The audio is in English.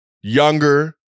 younger